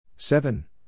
Seven